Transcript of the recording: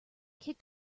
kicked